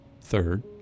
Third